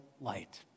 light